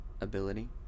ability